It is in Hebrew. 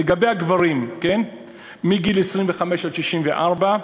לגבי הגברים מגיל 25 עד 64,